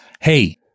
hey